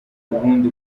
ubundi